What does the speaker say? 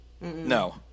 No